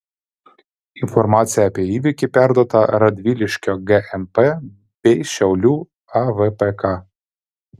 informacija apie įvykį perduota radviliškio gmp bei šiaulių avpk